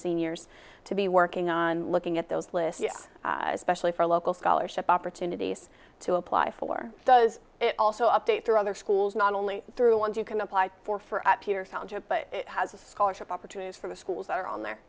seniors to be working on looking at those lists yes especially for local scholarship opportunities to apply for does it also update to other schools not only through ones you can apply for for job but as a scholarship opportunities for the schools that are on there